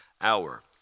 hour